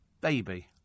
Baby